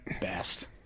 best